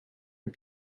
and